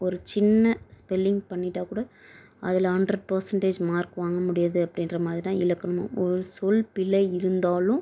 ஒரு சின்ன ஸ்பெல்லிங் பண்ணிவிட்டா கூட அதில் ஹண்ட்ரட் பர்சண்டேஜ் மார்க் வாங்க முடியாது அப்படின்ற மாதிரி தான் இலக்கணமும் ஒரு சொல் பிழை இருந்தாலும்